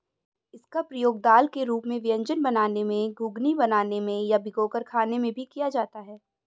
इसका प्रयोग दाल के रूप में व्यंजन बनाने में, घुघनी बनाने में या भिगोकर खाने में भी किया जाता है